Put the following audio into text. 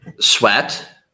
Sweat